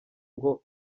ngo